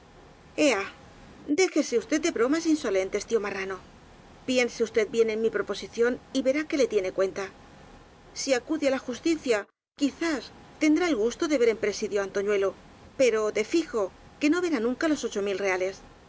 déjese usted de bromas insolentes tío ma rrano piense usted bien en mi proposición y verá que le tiene cuenta si acude á la justicia quizás tendrá el gusto de ver en presidio á antoñuelo pero de fijo que no verá nunca los ocho mil rea